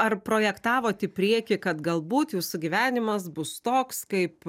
ar projektavot į priekį kad galbūt jūsų gyvenimas bus toks kaip